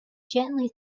gently